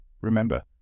Remember